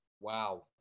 wow